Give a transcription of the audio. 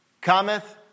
cometh